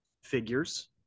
figures